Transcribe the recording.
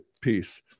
piece